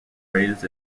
raised